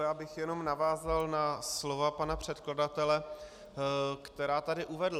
Já bych jen navázal na slova pana předkladatele, která tu uvedl.